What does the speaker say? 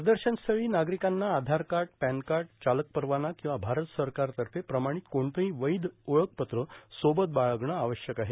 प्रदर्शनस्थळी नागरिकांना आधारकार्ड पॅनकार्ड चालकपरवाना किंवा भारत सरकारतर्फे प्रमाणित कोणतंही वैध ओळखपत्र सोबत बाळ्गणं आवश्यक आहे